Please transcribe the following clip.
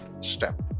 step